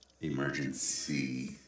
emergency